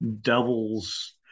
Devils